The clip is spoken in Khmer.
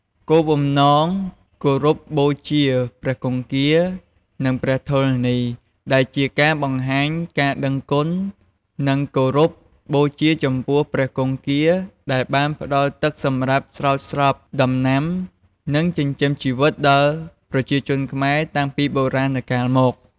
គោលបំណងគោរពបូជាព្រះគង្គា និងព្រះធរណីដែលជាការបង្ហាញការដឹងគុណ និងគោរពបូជាចំពោះព្រះគង្គាដែលបានផ្ដល់ទឹកសម្រាប់ស្រោចស្រពដំណាំ និងចិញ្ចឹមជីវិតដល់ប្រជាជនខ្មែរតាំងពីបុរាណកាលមក។